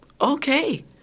okay